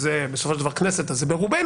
וזה בסופו של דבר כנסת אז זה ברובנו,